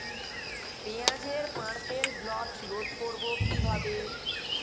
পেঁয়াজের purple blotch রোধ করবো কিভাবে?